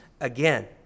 again